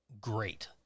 great